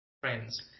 friends